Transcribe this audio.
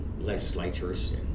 legislatures